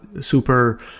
super